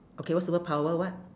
okay what's the word power what